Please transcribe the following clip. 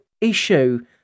issue